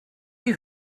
you